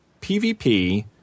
PvP